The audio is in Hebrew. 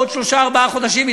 בעוד שלושה-ארבעה חודשים,